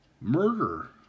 murder